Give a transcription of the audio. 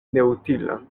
neutila